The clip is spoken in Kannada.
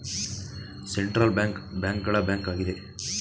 ಸೆಂಟ್ರಲ್ ಬ್ಯಾಂಕ್ ಬ್ಯಾಂಕ್ ಗಳ ಬ್ಯಾಂಕ್ ಆಗಿದೆ